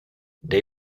dej